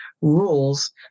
rules